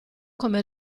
come